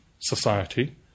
society